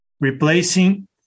replacing